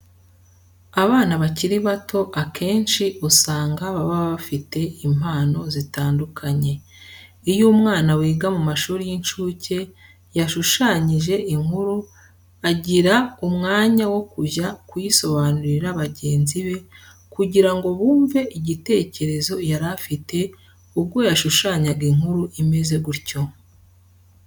Abana bakiri bato akenshi usanga baba bafite impano zitandukanye. Iyo umwana wiga mu mashuri y'incuke yashushanyije inkuru, agira umwanya wo kujya kuyisobanurira bagenzi be kugira ngo bumve igitekerezo yari afite ubwo yashushanyaga inkuru imeze gutyo.